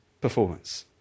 performance